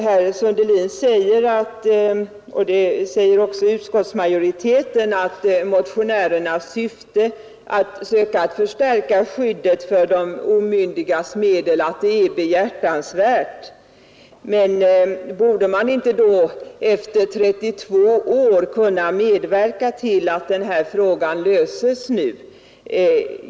Herr Sundelin, och även utskottsmajoriteten, säger att motionärernas syfte att söka förstärka skyddet för de omyndigas medel är behjärtansvärt Men borde man då inte efter 32 år kunna medverka till att den här frågan löses nu.